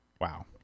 Wow